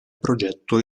progetto